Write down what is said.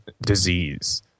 disease